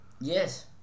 Yes